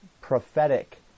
prophetic